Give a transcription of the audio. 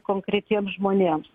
konkretiems žmonėms